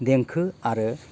देंखो आरो